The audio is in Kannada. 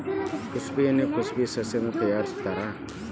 ಕುಸಬಿ ಎಣ್ಣಿನಾ ಕುಸಬೆ ಸಸ್ಯದಿಂದ ತಯಾರಿಸತ್ತಾರ